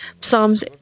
Psalms